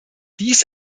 dies